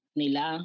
nila